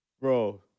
Bro